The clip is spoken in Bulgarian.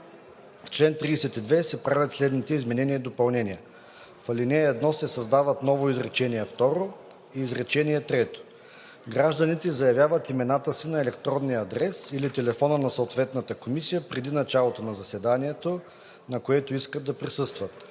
В чл. 32 се правят следните изменения и допълнения: 1. В ал. 1 се създават ново изречение второ и изречение трето: „Гражданите заявяват имената си на електронния адрес или телефона на съответната комисия преди началото на заседанието, на което искат да присъстват.